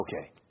okay